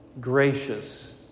gracious